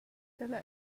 dalla